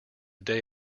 day